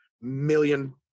million